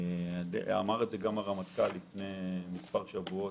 אמר את זה גם הרמטכ"ל לפני מספר שבועות.